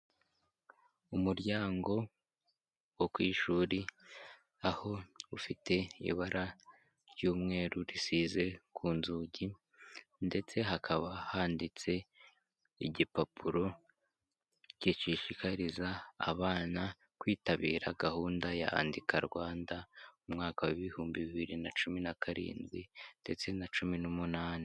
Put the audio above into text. Umuryango wo ku ishuri, aho ufite ibara ry'umweru risize ku nzugi ndetse hakaba handitse igipapuro, gishishikariza abana kwitabira gahunda ya andika Rwanda umwaka w,ibihumbi bibiri na cumi na karindwi, ndetse na cumi n'umunani.